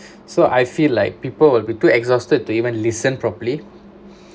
so I feel like people will be too exhausted to even listen properly